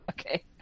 Okay